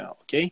ok